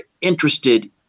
interested